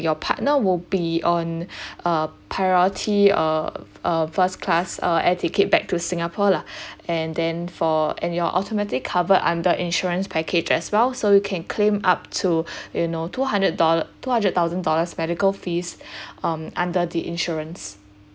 your partner would be on uh priority uh uh first class uh air ticket back to singapore lah and then for and your automatic cover under insurance package as well so you can claim up to you know two hundred doll~ two hundred thousand dollars medical fees um under the insurance